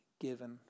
given